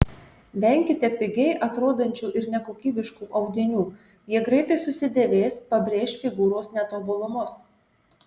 venkite pigiai atrodančių ir nekokybiškų audinių jie greitai susidėvės pabrėš figūros netobulumus